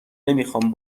نمیخام